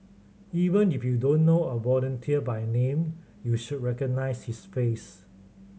even if you don't know a volunteer by name you should recognise his face